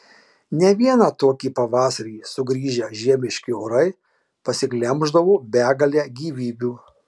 ne vieną tokį pavasarį sugrįžę žiemiški orai pasiglemždavo begalę gyvybių